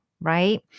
right